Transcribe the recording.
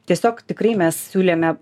tiesiog tikrai mes siūlėme